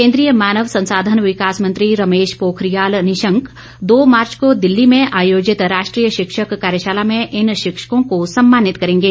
केंद्रीय मानव संसाधन विकास मंत्री रमेश पोखरियाल निशंक दो मार्च को दिल्ली में आयोजित राष्ट्रीय शिक्षक कार्यशाला में इन शिक्षकों को सम्मानित करेंगे